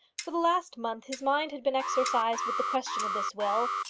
for the last month his mind had been exercised with the question of this will,